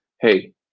hey